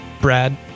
Brad